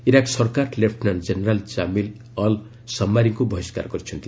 Iraq ସରକାର ଲେପୁନାଙ୍କ general Kamil al ଶାମ୍ମାରୀଙ୍କୁ ବହିଷ୍କାର କରିଛନ୍ତି